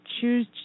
choose